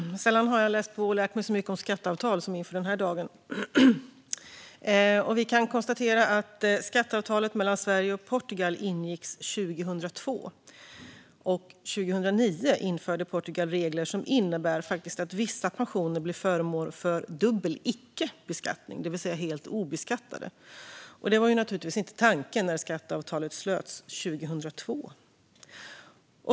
Fru talman! Sällan har jag läst på och lärt mig så mycket om skatteavtal som inför den här dagen. Vi kan konstatera att skatteavtalet mellan Sverige och Portugal ingicks 2002. År 2009 införde Portugal regler som innebär att vissa pensioner blir föremål för dubbel icke-beskattning, det vill säga helt obeskattade. Detta var naturligtvis inte tanken när skatteavtalet slöts 2002.